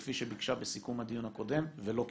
כפי שביקשה בסיכום הדיון הקודם ולא קיבלה.